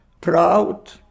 proud